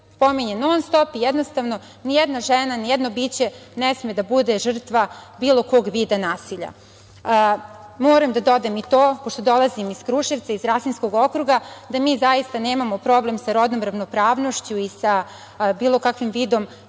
pominje non-stop. Jednostavno, nijedna žena, nijedno biće ne sme da bude žrtva bilo kog vida nasilja. Moram da dodam i to, pošto dolazim iz Kruševca, iz Rasinskog okruga, da mi zaista nemamo problem sa rodnom ravnopravnošću i sa bilo kakvim vidom